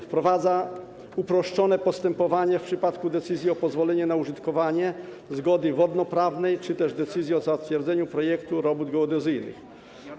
Wprowadza uproszczone postępowanie w przypadku decyzji o pozwoleniu na użytkowanie zgody wodnoprawnej czy też decyzji o zatwierdzeniu projektu robót geodezyjnych.